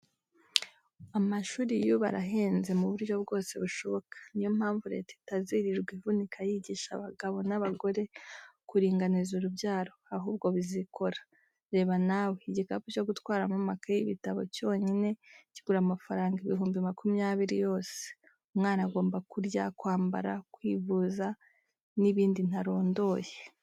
Amashuri y'ubu arahenze mu buryo bwose bushoboka, ni yo mpamvu Leta itazirirwa ivunika yigisha abagabo n'abagore kuringaniza urubyaro, ahubwo bizikora. Reba nawe, igikapu cyo gutwaramo amakayi n'ibitabo cyonyine kigura amafaranga ibihumbi makumyabiri yose, umwana agomba kurya, kwambara, kwivuza n'ibindi ntarondoye.